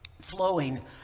flowing